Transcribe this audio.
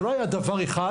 זה לא היה דבר אחד,